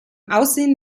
aussehen